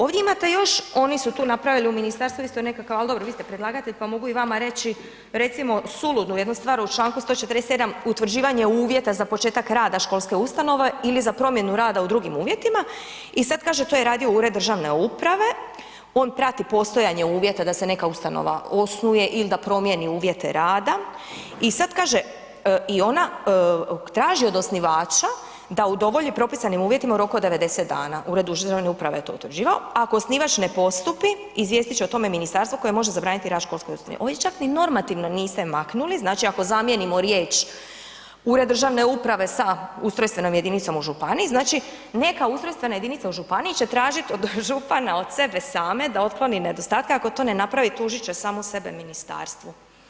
Ovdje imate još, oni su tu napravili u ministarstvu isto nekakav, ali dobro, vi ste predlagatelj pa mogu i vama reći, recimo suludu jednu stvar, u članku 147. utvrđivanje uvjeta za početak rada školske ustanove ili za promjenu rada u drugim uvjetima, i sad kaže to je ured državne uprave, on prati postojanje uvjeta da se neka ustanova osnuje ili da promijeni uvjete rada i sad kaže, i ona traži od osnivača da udovolji propisanim uvjetima u roku od 90 dana, ured državne uprave je to utvrđivao, a ako osnivač ne postupi, izvijestit će o tome ministarstvo koke može zabraniti rad školskoj ustanovi, ovdje čak ni normativno niste maknuli, znači ako zamijenimo riječ ured državne uprave sa ustrojstvenom jedinicom u županiji, znači neka ustrojstvena jedinica u županiji će tražit od župana, od sebe same da otkloni nedostatke, ako to ne napravi, tužit će samu sebe ministarstvu.